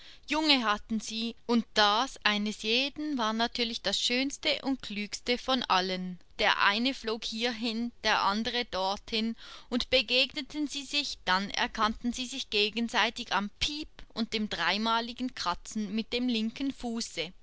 junge hatten sie und das eines jeden war natürlich das schönste und klügste von allen der eine flog hierhin der andere dorthin und begegneten sie sich dann erkannten sie sich gegenseitig am piep und dem dreimaligen kratzen mit dem linken fuße